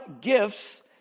gifts